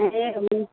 ए हुन